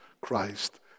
Christ